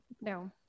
No